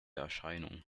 erscheinung